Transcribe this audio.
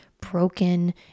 broken